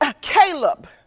Caleb